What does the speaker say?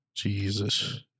Jesus